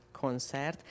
concert